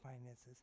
finances